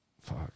Fuck